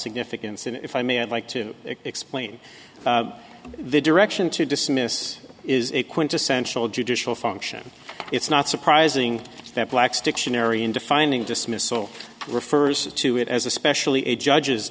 significance and if i may i'd like to explain the direction to dismiss is a quintessential judicial function it's not surprising that blacks dictionary in defining dismissal refers to it as especially a judge